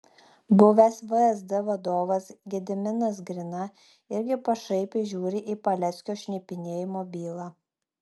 buvęs vsd vadovas gediminas grina irgi pašaipiai žiūri į paleckio šnipinėjimo bylą